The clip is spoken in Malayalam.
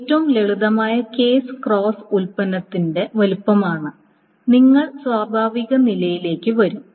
ഏറ്റവും ലളിതമായ കേസ് ക്രോസ് ഉൽപ്പന്നത്തിന്റെ വലുപ്പമാണ് നിങ്ങൾ സ്വാഭാവിക നിലയിലേക്ക് വരും